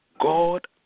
God